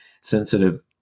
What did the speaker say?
sensitive